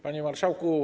Panie Marszałku!